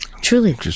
Truly